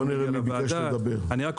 בוא נראה מי ביקש לדבר.